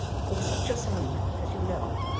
for such a sum, as you know,